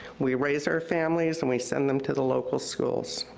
we raise our families and we send them to the local schools.